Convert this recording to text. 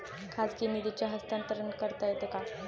खाजगी निधीचे हस्तांतरण करता येते का?